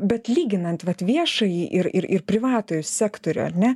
bet lyginant vat viešąjį ir ir ir privatųjį sektorių ar ne